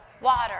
Water